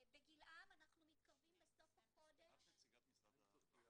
ב'גילעם' אנחנו מתקרבים בסוף החודש --- את נציגת משרד הרווחה?